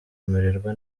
kumererwa